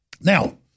Now